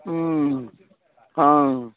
हूँ हँ